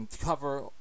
cover